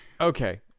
Okay